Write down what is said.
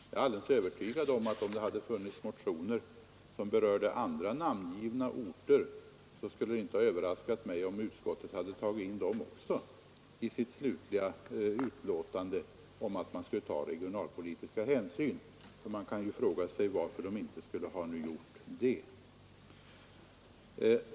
Jag är alldeles övertygad om att om det hade funnits motioner som berört andra namngivna orter så hade utskottet tagit in dem också i sitt slutliga uttalande om att man skulle ta regionalpolitiska hänsyn. Varför skulle utskottet inte ha gjort det?